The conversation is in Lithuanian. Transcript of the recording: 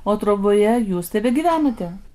o troboje jūs tebegyvenate